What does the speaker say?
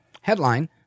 Headline